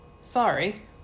Sorry